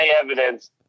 evidence